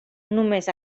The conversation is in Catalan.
només